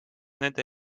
nende